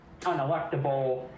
unelectable